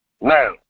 Now